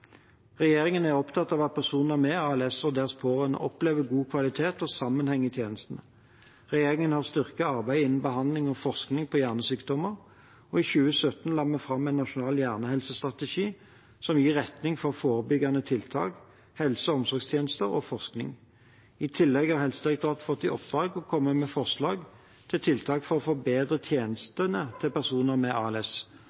Regjeringen er opptatt av at pasienter med ALS og deres pårørende opplever god kvalitet og sammenheng i tjenestene. Regjeringen har styrket arbeidet innen behandling og forskning på hjernesykdommer. I 2017 la vi fram en nasjonal hjernehelsestrategi som gir retning for forebyggende tiltak, helse- og omsorgstjenester og forskning. I tillegg har Helsedirektoratet fått i oppdrag å komme med forslag til tiltak for å forbedre